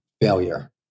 failure